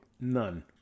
None